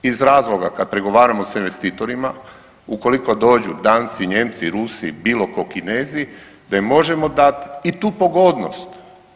Iz razloga kad pregovaramo sa investitorima, ukoliko dođu Danci, Nijemci, Rusi, bilo tko, Kinezi, da im možemo dati i tu pogodnost.